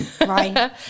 Right